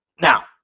Now